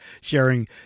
sharing